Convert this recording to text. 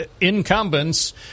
incumbents